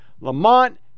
Lamont